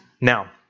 Now